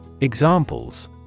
Examples